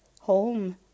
home